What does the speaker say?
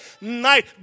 night